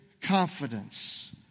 confidence